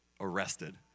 arrested